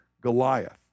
Goliath